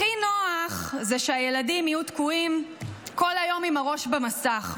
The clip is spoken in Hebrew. הכי נוח שהילדים יהיו תקועים כל היום עם הראש במסך,